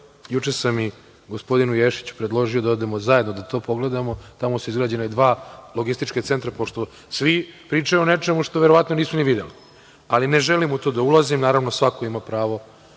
juče sam i gospodinu Ješiću predložio da odemo to da pogledamo, tamo su izgrađena i dva logistička centra, pošto svi pričaju o nečemu što verovatno i nisu videli. Ne želim da u to ulazim, naravno, svako ima pravo